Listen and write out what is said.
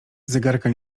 zegarka